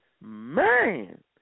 Man